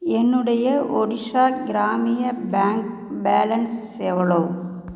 என்னுடைய Odisha Gramya bank balance எவ்வளவு